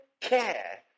care